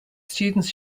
students